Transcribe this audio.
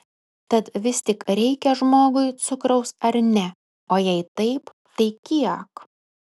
tad vis tik reikia žmogui cukraus ar ne o jei taip tai kiek